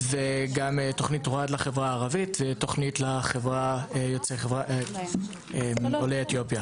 תוכנית רואד לחברה הערבית ותוכנית לעולי אתיופיה.